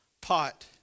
pot